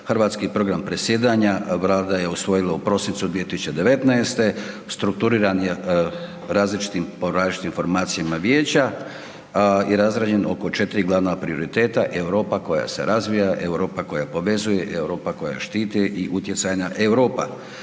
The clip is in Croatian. Hrvatski program predsjedanja Vlada je usvojila u prosincu 2019., strukturirani različitim, po različitim informacijama vijeća i razrađen oko 4 glavna prioriteta, Europa koja se razvija, Europa koja povezuje, Europa koja štiti i utjecajna Europa.